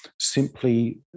simply